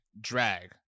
drag